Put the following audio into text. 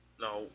no